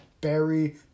Barry